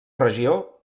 regió